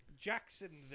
Jacksonville